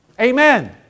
Amen